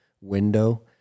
window